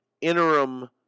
interim